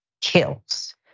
kills